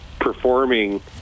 performing